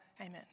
Amen